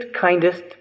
kindest